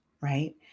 right